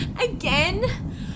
Again